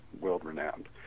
world-renowned